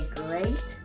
great